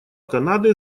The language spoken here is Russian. канады